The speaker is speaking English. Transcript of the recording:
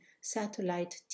satellite